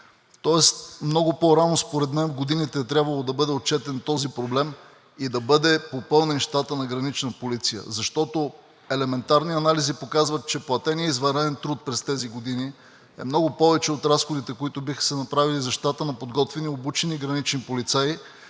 Тоест много по-рано според мен в годините е трябвало да бъде отчетен този проблем и да бъде попълнен щатът на Гранична полиция. Защото елементарни анализи показват, че платеният извънреден труд през тези години е много повече от разходите, които биха се направили за щата на подготвени и обучени гранични полицаи,